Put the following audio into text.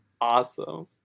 awesome